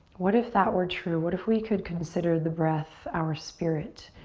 what if that were true? what if we could consider the breath our spirit?